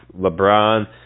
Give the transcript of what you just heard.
LeBron